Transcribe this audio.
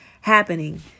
happening